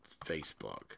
Facebook